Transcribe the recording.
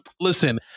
Listen